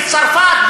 בצרפת,